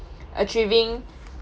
achieving